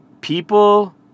people